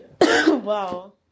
Wow